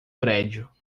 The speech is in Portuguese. prédio